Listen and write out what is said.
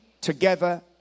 together